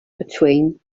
between